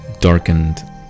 darkened